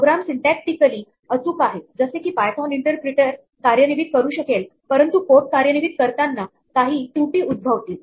programme syntactically अचूक आहे जसे की पायथोन इंटरप्रीटर कार्यान्वित करू शकेल परंतु कोड कार्यन्वित करताना काही त्रुटी उद्भवतील